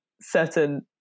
certain